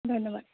ধন্যবাদ